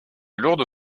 lourde